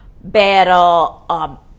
Battle